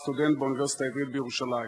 סטודנט באוניברסיטה העברית בירושלים,